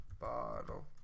bottle